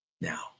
now